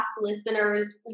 listeners